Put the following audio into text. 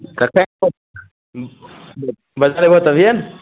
कत्तएके बतैबऽ तभिये ने